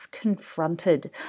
Confronted